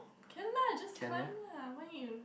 can lah just climb lah why you